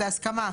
להסכמה.